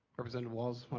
representative walz,